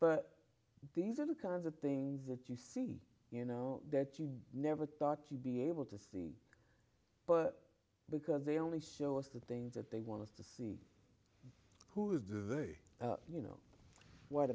but these are the kinds of things that you see you know that you never thought you'd be able to see but because they only show us the things that they want us to see who is very you know what